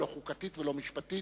לא חוקתית ולא משפטית.